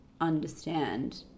understand